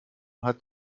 hat